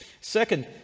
Second